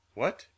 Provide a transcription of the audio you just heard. What